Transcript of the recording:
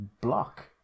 Block